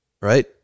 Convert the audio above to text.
Right